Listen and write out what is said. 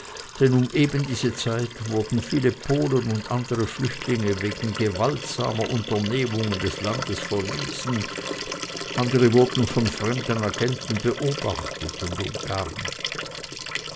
denn um eben diese zeit wurden viele polen und andere flüchtlinge wegen gewaltsamer unternehmungen des landes verwiesen andere wurden von fremden agenten beobachtet und umgarnt